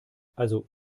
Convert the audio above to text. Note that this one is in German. also